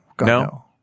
No